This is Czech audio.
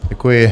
Děkuji.